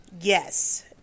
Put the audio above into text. Yes